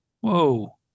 Whoa